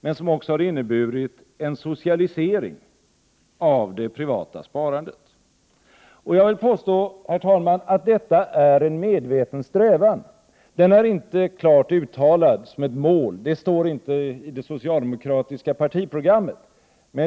Det har också inneburit en socialisering av det privata sparandet. Jag vill påstå, herr talman, att detta är en medveten strävan. Det har inte klart uttalats som ett mål, och det står inte i det socialdemokratiska partiprogrammet.